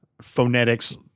phonetics